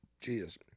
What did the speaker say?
Jesus